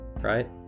right